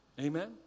Amen